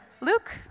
Luke